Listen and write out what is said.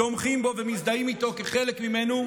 תומכים בו ומזדהים איתו כחלק ממנו.